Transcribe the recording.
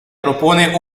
propone